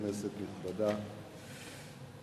כנסת נכבדה,